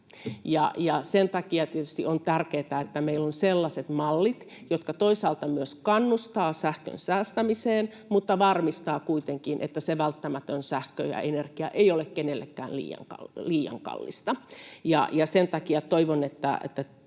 Sen takia tietysti on tärkeätä, että meillä on sellaiset mallit, jotka toisaalta myös kannustavat sähkön säästämiseen mutta varmistavat kuitenkin, että se välttämätön sähkö ja energia ei ole kenellekään liian kallista.